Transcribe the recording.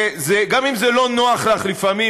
וגם אם זה לא נוח לך לפעמים,